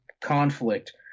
conflict